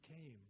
came